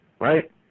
right